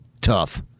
tough